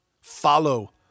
Follow